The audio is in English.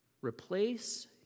replace